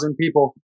people